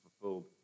fulfilled